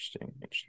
interesting